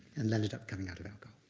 and ended up coming out of alcohol.